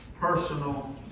personal